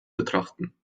betrachten